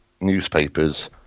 newspapers